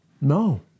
No